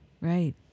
Right